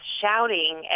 shouting